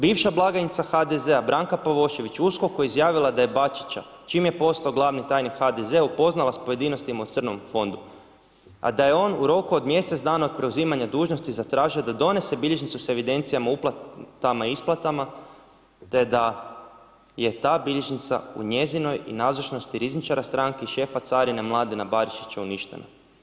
Bivša blagajnica HDZ-a Branka Pavošević, USKOK-u je izjavila da je Bačića, čim je postao glavni tajnik HDZ-a, upoznala s pojedinostima u crnom fondu, a da je on u roku od mjesec dana od preuzimanja dužnosti zatražio da donose bilježnicu s evidencijama o uplatama i isplatama, te da je ta bilježnica u njezinoj nazočnosti rizničara stranke i šefa carine Mladena Barišića uništen.